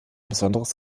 besonderes